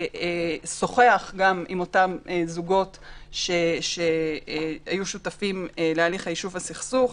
ששוחח גם עם אותם זוגות שהיו שותפים להליך היישוב בסכסוך.